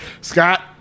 Scott